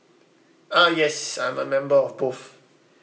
uh yes I'm a member of both